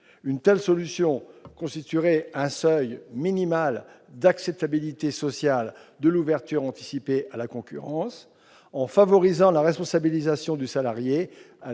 Une telle solution garantirait un seuil minimal d'acceptabilité sociale de l'ouverture anticipée à la concurrence. En favorisant la responsabilisation du salarié,